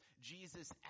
Jesus